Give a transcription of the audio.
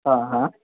हा हा